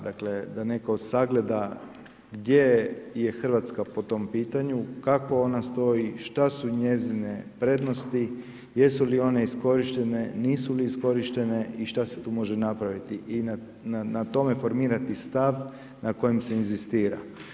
Dakle, da netko sagleda gdje je Hrvatska po tom pitanju, ako ona stoji, šta su njezine prednosti, jesu lii one iskorištene, nisu li iskorištene i šta se tu može napraviti i na tome formirati stav, na kojem se inzistira.